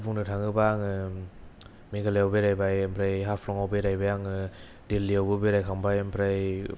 बुंनो थाङोब्ला आङो मेघालयाव बेरायबाय ओमफ्राय हाफ्लंआव बेरायबाय आङो दिल्लियावबो बेरायखांबाय ओमफ्राय